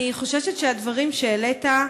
אני חוששת שהדברים שהעלית,